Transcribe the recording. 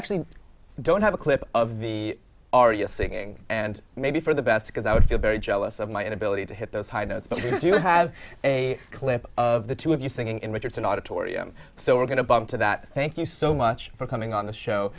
actually don't have a clip of the are you singing and maybe for the best because i would feel very jealous of my inability to hit those high notes because you have a clip of the two of you singing in richardson auditorium so we're going to bump to that thank you so much for coming on the show